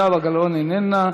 זהבה גלאון, איננה,